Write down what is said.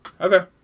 Okay